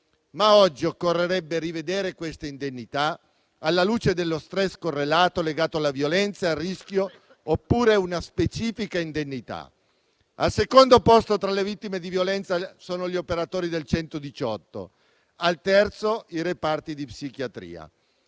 Ma oggi occorrerebbe rivedere queste indennità alla luce dello *stress* correlato, legato alla violenza e al rischio, oppure prevedere una specifica indennità. Al secondo posto tra le vittime di violenza ci sono gli operatori del 118; al terzo, quelli dei reparti di psichiatria.